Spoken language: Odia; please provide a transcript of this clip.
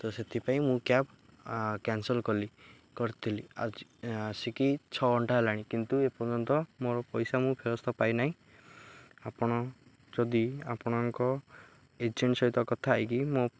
ତ ସେଥିପାଇଁ ମୁଁ କ୍ୟାବ୍ କ୍ୟାାନସଲ୍ କଲି କରିଥିଲି ଆଜି ଆସିକି ଛଅ ଘଣ୍ଟା ହେଲାଣି କିନ୍ତୁ ଏପର୍ଯ୍ୟନ୍ତ ମୋର ପଇସା ମୁଁ ଫେରସ୍ତ ପାଇନାହିଁ ଆପଣ ଯଦି ଆପଣଙ୍କ ଏଜେଣ୍ଟ ସହିତ କଥା ହେଇକି ମୋ